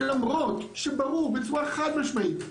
למרות שברור בצורה חד-משמעית,